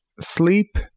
sleep